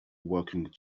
working